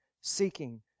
seeking